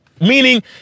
Meaning